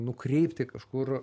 nukreipti kažkur